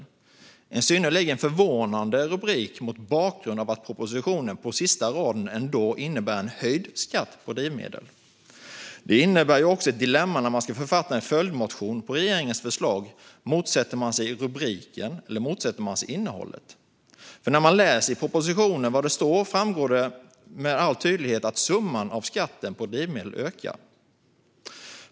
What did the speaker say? Det är en synnerligen förvånande rubrik mot bakgrund av att propositionen på sista raden ändå innebär en höjd skatt på drivmedel. Det innebär också ett dilemma när man ska författa en följdmotion på regeringens förslag. Motsätter man sig rubriken eller innehållet? För när man läser vad det står i propositionen framgår det med all tydlighet att summan av skatten på drivmedel ökar.